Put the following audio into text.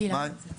גלעד, את